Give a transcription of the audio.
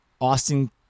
Austin